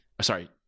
sorry